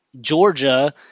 Georgia